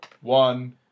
one